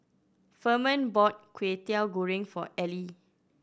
Furman bought Kwetiau Goreng for Ely